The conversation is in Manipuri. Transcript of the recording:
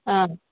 ꯑ